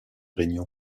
réunion